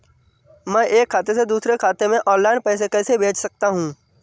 मैं एक खाते से दूसरे खाते में ऑनलाइन पैसे कैसे भेज सकता हूँ?